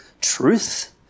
truth